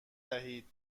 دهید